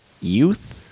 Youth